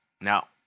now